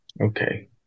Okay